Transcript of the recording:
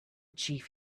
chief